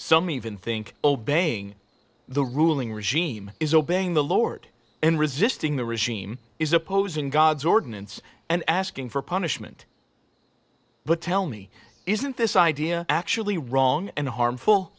some even think obeying the ruling regime is obeying the lord and resisting the regime is opposing god's ordinance and asking for punishment but tell me isn't this idea actually wrong and harmful